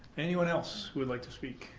anyone else who would like to speak?